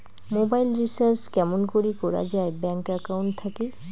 Mobile recharge কেমন করি করা যায় ব্যাংক একাউন্ট থাকি?